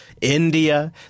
India